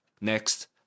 next